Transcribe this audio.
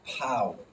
power